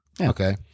Okay